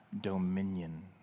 dominion